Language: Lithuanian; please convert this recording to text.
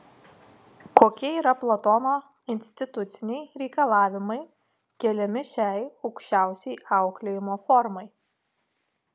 kokie yra platono instituciniai reikalavimai keliami šiai aukščiausiai auklėjimo formai